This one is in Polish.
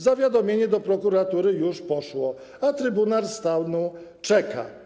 Zawiadomienie do prokuratury już poszło, a Trybunał Stanu czeka.